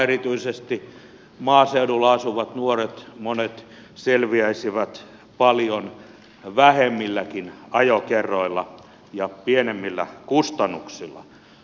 erityisesti monet maaseudulla asuvat nuoret selviäisivät paljon vähemmilläkin ajokerroilla ja pienemmillä kustannuksilla